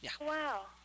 Wow